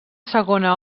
segona